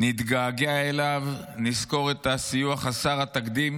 נתגעגע אליו, נזכור את הסיוע חסר התקדים